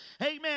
amen